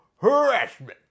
harassment